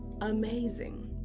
amazing